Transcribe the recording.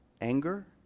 anger